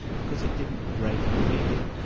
because it didn't rate in the media.